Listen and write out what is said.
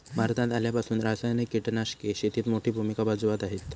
भारतात आल्यापासून रासायनिक कीटकनाशके शेतीत मोठी भूमिका बजावत आहेत